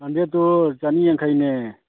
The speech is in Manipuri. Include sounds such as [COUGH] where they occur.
[UNINTELLIGIBLE] ꯆꯅꯤꯌꯥꯡꯈꯩꯅꯦ